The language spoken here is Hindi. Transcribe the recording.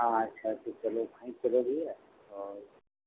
हाँ अच्छा जी चलो ठीक से लै जहियें और